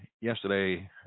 yesterday